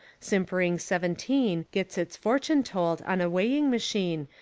sim pering seventeen gets its fortune told on a weighing machine,